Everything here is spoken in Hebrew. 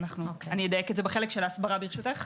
זה בחלק של ההסברה אדייק.